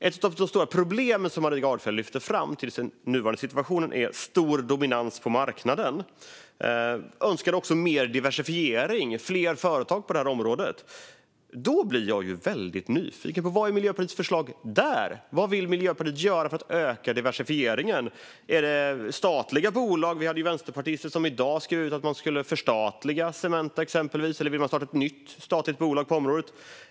Ett av de stora problemen som hon lyfte fram i den nuvarande situationen är stor dominans på marknaden. Hon önskade också mer diversifiering och fler företag på detta område. Då blir jag väldigt nyfiken. Vad är Miljöpartiets förslag där? Vad vill Miljöpartiet göra för att öka diversifieringen? Handlar det om statliga bolag? Exempelvis har vänsterpartister i dag skrivit att man ska förstatliga Cementa. Vill man starta ett nytt statligt bolag på området?